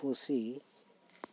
ᱯᱩᱥᱤ